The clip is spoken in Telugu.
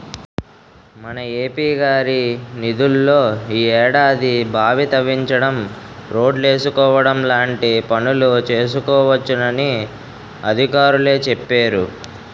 మన ఎం.పి గారి నిధుల్లో ఈ ఏడాది బావి తవ్వించడం, రోడ్లేసుకోవడం లాంటి పనులు చేసుకోవచ్చునని అధికారులే చెప్పేరు